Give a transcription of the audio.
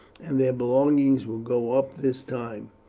and their belongings will go up this time,